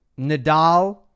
Nadal